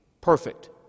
perfect